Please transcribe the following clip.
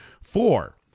Four